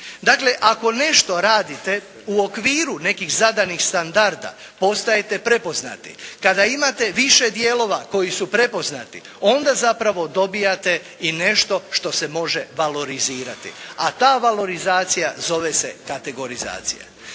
Dakle ako nešto radite u okviru nekih zadanih standarda postajete prepoznati. Kada imate više dijelova koji su prepoznati, onda zapravo dobijate i nešto što se može valorizirati, a ta valorizacija zove se kategorizacija.